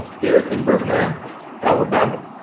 there in birmingham, alabama,